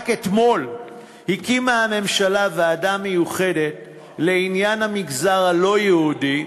רק אתמול הקימה הממשלה ועדה מיוחדת לעניין המגזר הלא-יהודי,